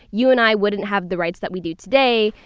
you and i wouldn't have the rights that we do today.